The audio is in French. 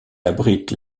abrite